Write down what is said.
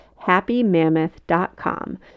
HappyMammoth.com